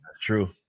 True